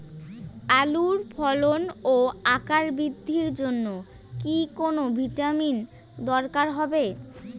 আলুর ফলন ও আকার বৃদ্ধির জন্য কি কোনো ভিটামিন দরকার হবে?